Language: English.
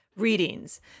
readings